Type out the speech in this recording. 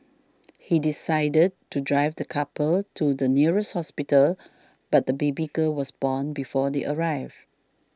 he decided to drive the couple to the nearest hospital but the baby girl was born before they arrived